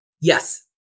Yes